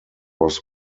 was